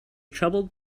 troubled